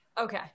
Okay